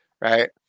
right